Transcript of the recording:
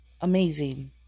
amazing